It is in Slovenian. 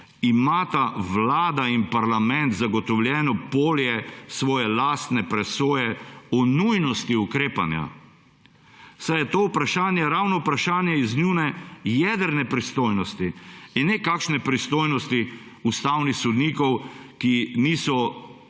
imata vlada in parlament zagotovljeno polje svoje lastne presoje o nujnosti ukrepanja, saj je to vprašanje ravno vprašanje iz njune jedrne pristojnosti in ne kakšne pristojnosti ustavnih sodnikov, ki niso